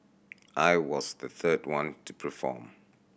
I was the third one to perform